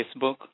Facebook